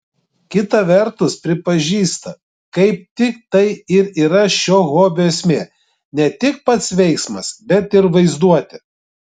kita vertus pripažįsta kaip tik tai ir yra šio hobio esmė ne tik pats veiksmas bet ir vaizduotė